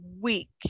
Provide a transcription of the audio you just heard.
week